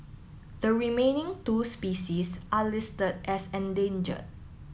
the remaining two species are list as endangered